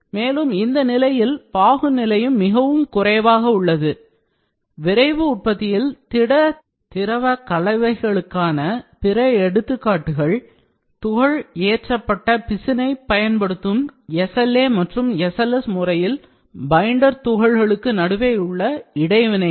மேலும் இந்த நிலையில் பாகு நிலையும் மிக குறைவாக உள்ளது விரைவு உற்பத்தியில் திட திரவ கலவைகளுக்கான பிற எடுத்துக்காட்டுகள் துகள் ஏற்றப்பட்ட பிசினைப் பயன்படுத்தும் SLA மற்றும் SLS முறையில் பைண்டர் துகள்களுக்கு நடுவேயுள்ள இடைவினைகள்